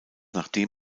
nachdem